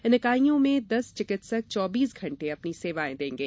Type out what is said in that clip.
इन इकाइयों में दस चिकित्सक चौबीस घण्टे अपनी सेवायें देंगे